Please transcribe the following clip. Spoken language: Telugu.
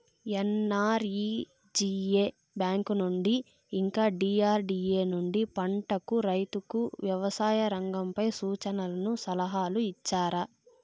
ఎన్.ఆర్.ఇ.జి.ఎ బ్యాంకు నుండి ఇంకా డి.ఆర్.డి.ఎ నుండి పంటలకు రైతుకు వ్యవసాయ రంగంపై సూచనలను సలహాలు ఇచ్చారా